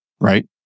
right